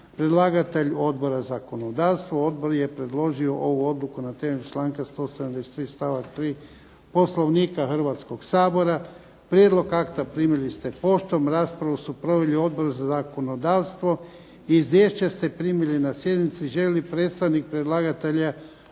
Predlagatelj: Odbor za zakonodavstvo. Odbor je predložio ovu Odluku na temelju članka 173. stavak 3. Poslovnika Hrvatskoga sabora. Prijedlog akta primili ste poštom, raspravu su proveli Odbor za zakonodavstvo. Izvješća ste primili na sjednici. Želi li predstavnik predlagatelja